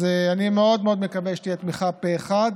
אני מאוד מאוד מקווה שתהיה תמיכה פה אחד.